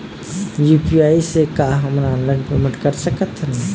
UPI से का हमन ऑनलाइन पेमेंट कर सकत हन?